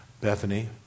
Bethany